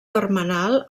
termenal